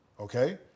Okay